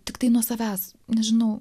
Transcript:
tiktai nuo savęs nežinau